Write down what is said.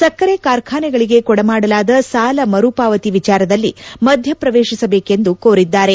ಸಕ್ಷರೆ ಕಾರ್ಖಾನೆಗಳಿಗೆ ಕೊಡಮಾಡಲಾದ ಸಾಲ ಮರುಪಾವತಿ ವಿಚಾರದಲ್ಲಿ ಮಧ್ಯಪ್ರವೇಶಿಸಬೇಕೆಂದು ಕೋರಿದ್ದಾರೆ